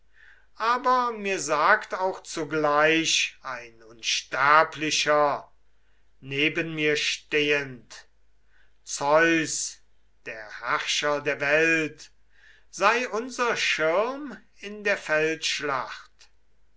aber mir sagt auch zugleich ein unsterblicher neben mir stehend zeus der herrscher der welt sei unser schirm in der